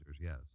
yes